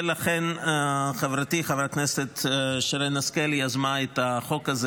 לכן חברתי חברת הכנסת שרן השכל יזמה את החוק הזה